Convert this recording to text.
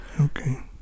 Okay